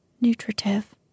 nutritive